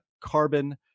carbon